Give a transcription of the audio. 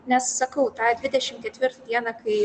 nes sakau tą dvidešim ketvirtą dieną kai